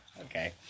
okay